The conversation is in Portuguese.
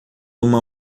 uma